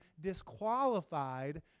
disqualified